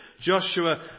Joshua